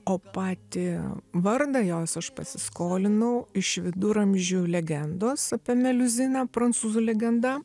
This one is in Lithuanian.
o patį vardą jos aš pasiskolinau iš viduramžių legendos apie meliuziną prancūzų legenda